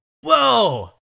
whoa